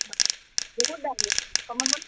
বহুত দাম দেখোন কমাব